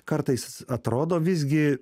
kartais atrodo visgi